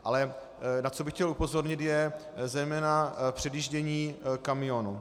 Ale na co bych chtěl upozornit, je zejména předjíždění kamionů.